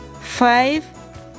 five